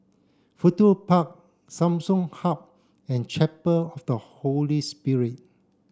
Fudu Park Samsung Hub and Chapel of the Holy Spirit